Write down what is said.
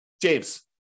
James